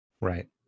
Right